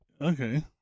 Okay